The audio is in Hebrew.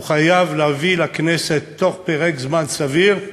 הוא חייב להביא לכנסת בתוך פרק זמן סביר,